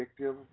addictive